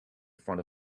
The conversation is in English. front